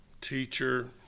Teacher